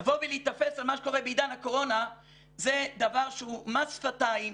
לבוא ולהיתפס על מה שקורה בעידן הקורונה זה דבר שהוא מס שפתיים,